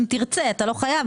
אם תרצה אתה לא חייב,